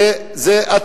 יש אנטישמיות.